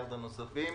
מיליארד הנוספים,